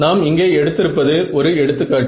நாம் இங்கே எடுத்திருப்பது ஒரு எடுத்துக்காட்டு